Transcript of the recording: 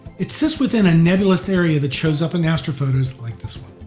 it sits within a nebulous area that shows up in astrophotos like this one.